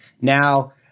Now